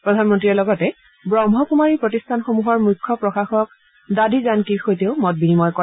প্ৰধানমন্ত্ৰীয়ে লগতে ব্ৰহ্মকুমাৰী প্ৰতিষ্ঠানসমূহৰ মূখ্য প্ৰশাসক দাদী জানকীৰ সৈতেও মত বিনিময় কৰে